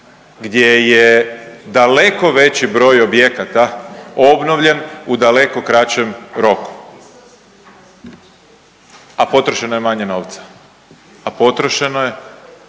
gdje je daleko veći broj objekata obnovljen u daleko kraćem roku, a potrošeno je manje novca, a potrošeno je